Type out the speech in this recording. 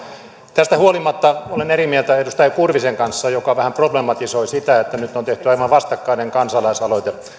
tästä huolimatta olen eri mieltä edustaja kurvisen kanssa joka vähän problematisoi sitä että nyt on tehty aivan vastakkainen kansalaisaloite